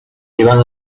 iban